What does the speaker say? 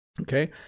Okay